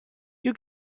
you